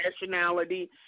nationality